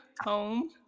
home